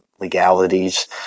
legalities